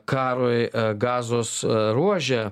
karui gazos ruože